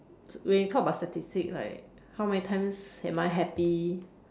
when you talk about statistics right how many times am I happy